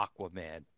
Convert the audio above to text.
Aquaman